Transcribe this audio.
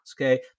okay